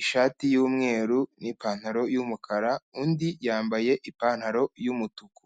ishati y'umweru n'ipantaro y'umukara, undi yambaye ipantaro y'umutuku.